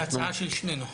זאת הצעה של שנינו.